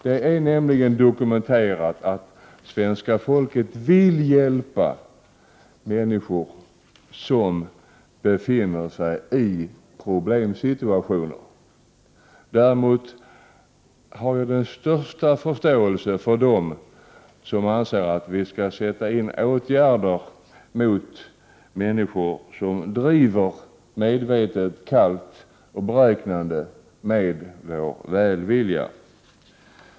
Det är nämligen dokumenterat att svenska folket vill hjälpa människor som befinner sig i problemsituationer. Jag har den största förståelse för dem som anser att vi skall sätta in åtgärder mot människor som driver — medvetet, kallt och beräknande — med vår välvilja.